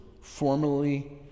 formally